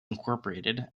incorporated